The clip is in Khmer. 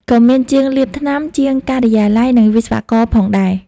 ក៏មានជាងលាបថ្នាំ ជាងការិយាល័យ និងវិស្វករផងដែរ។